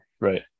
Right